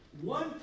One